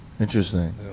Interesting